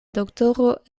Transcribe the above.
doktoro